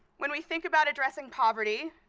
when we think about addressing poverty,